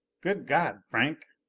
good god, franck!